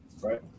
Right